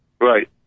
Right